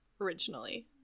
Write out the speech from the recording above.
originally